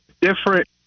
different